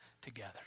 together